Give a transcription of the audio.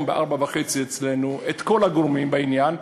ב-16:30 אצלנו את כל הגורמים בעניין.